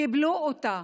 קיבלו אותה